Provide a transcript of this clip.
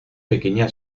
pequeña